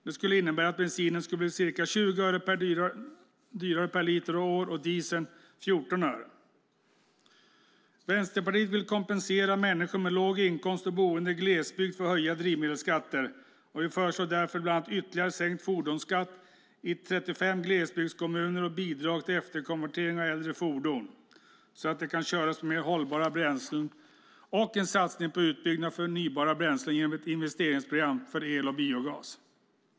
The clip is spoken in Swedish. Det skulle innebära att bensinen blir ca 20 öre dyrare per liter och år och dieseln 14 öre dyrare. Vänsterpartiet vill kompensera människor med låg inkomst och boende i glesbygd för höjda drivmedelsskatter. Vi föreslår därför bland annat ytterligare sänkt fordonsskatt i 35 glesbygdskommuner, bidrag till efterkonvertering av äldre fordon så att de kan köras på mer hållbara bränslen och en satsning på utbyggnad av förnybara bränslen genom ett investeringsprogram för el och biogas.